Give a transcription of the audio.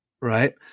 right